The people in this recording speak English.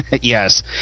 yes